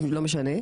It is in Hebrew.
אז לא משנה,